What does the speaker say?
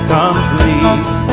complete